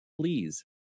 please